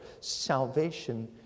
Salvation